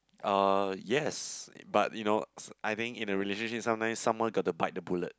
uh yes but you know s~ I think in a relationship sometimes someone got to bite the bullet